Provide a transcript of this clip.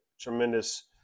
tremendous